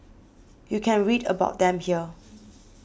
you can read about them here